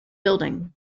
buildings